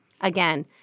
again